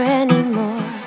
anymore